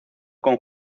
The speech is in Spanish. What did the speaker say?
con